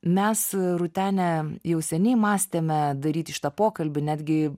mes rūtene jau seniai mąstėme daryti šitą pokalbį netgi